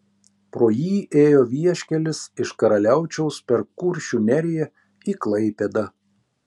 pro jį ėjo vieškelis iš karaliaučiaus per kuršių neriją į klaipėdą